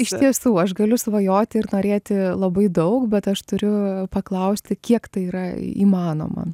iš tiesų aš galiu svajoti ir norėti labai daug bet aš turiu paklausti kiek tai yra įmanoma